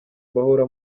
bahora